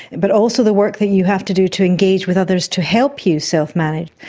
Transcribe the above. but also the work that you have to do to engage with others to help you self-manage.